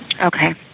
Okay